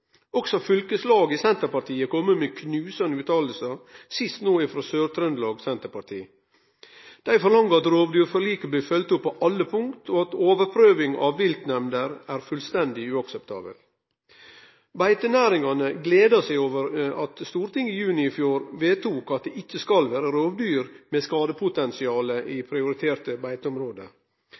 Også fylkeslag i Senterpartiet har kome med knusande fråsegner – sist no frå Sør-Trøndelag senterparti. Dei forlangar at rovdyrforliket blir følgt opp på alle punkt, og at ei overprøving av viltnemnder er fullstendig uakseptabel. Beitenæringane gleder seg over at Stortinget i juni i fjor vedtok at det ikkje skal vere rovdyr med skadepotensial i prioriterte beiteområde.